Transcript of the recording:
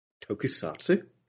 Tokusatsu